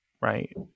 right